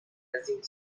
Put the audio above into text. amazing